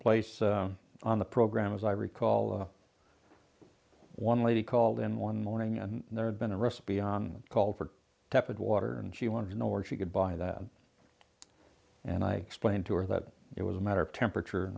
place on the program as i recall one lady called in one morning and there'd been a recipe on call for tepid water and she wanted to know where she could buy that and i explained to her that it was a matter of temperature